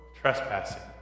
trespassing